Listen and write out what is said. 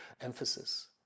emphasis